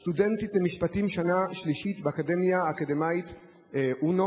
סטודנטית למשפטים שנה שלישית בקריה האקדמית אונו